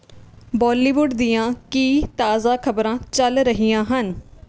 ਬਾਲੀਵੁੱਡ ਦੀਆਂ ਕੀ ਤਾਜ਼ਾ ਖਬਰਾਂ ਚੱਲ ਰਹੀਆਂ ਹਨ